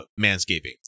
manscaping